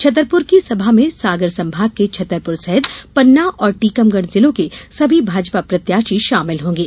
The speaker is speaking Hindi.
छतरपुर की सभा में सागर संभाग के छतरपुर सहित पन्ना और टीकमगढ़ जिलों के सभी भाजपा प्रत्याशी शामिल होगें